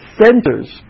centers